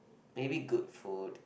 maybe good food